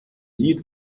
lied